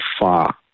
far